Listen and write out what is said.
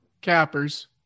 cappers